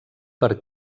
per